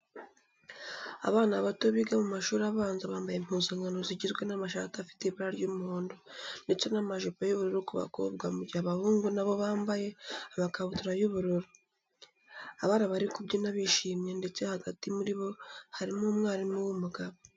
Abana bato biga mu mashutri abanza bambaye impuzankano zigizwe n'amashati afite ibara ry'umuhondo ndetse n'amajipo y'ubururu ku bakobwa mu gihe abahungu na bo bamabye amakabutura y'ubururu. Abana bari kubyina bishimye ndetse hagati muri bo harimo umwarimu w'umugabo.